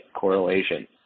correlation